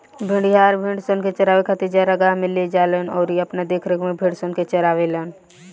भेड़िहार, भेड़सन के चरावे खातिर चरागाह में ले जालन अउरी अपना देखरेख में भेड़सन के चारावेलन